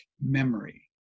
memory